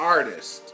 Artist